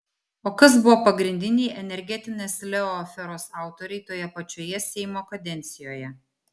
o kas buvo pagrindiniai energetinės leo aferos autoriai toje pačioje seimo kadencijoje